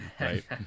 right